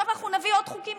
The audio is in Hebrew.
ועכשיו נביא עוד חוקים,